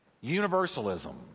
Universalism